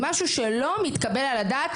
מה שלא מתקבל על הדעת,